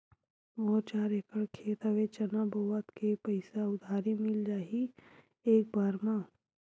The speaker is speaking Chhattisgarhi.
मोर चार एकड़ खेत हवे चना बोथव के पईसा उधारी मिल जाही एक बार मा?